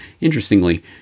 interestingly